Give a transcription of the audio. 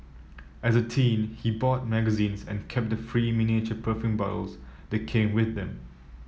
as a teen he bought magazines and kept the free miniature perfume bottles that came with them